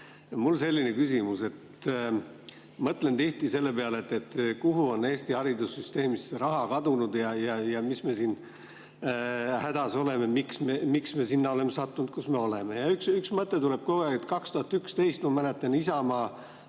Mul on selline küsimus. Mõtlen tihti selle peale, kuhu on Eesti haridussüsteemist raha kadunud, et me siin hädas oleme. Miks me sinna oleme sattunud, kus me oleme? Ja üks mõte tuleb kogu aeg: 2011, ma mäletan, Isamaa